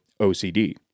OCD